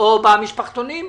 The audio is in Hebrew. או במשפחתונים?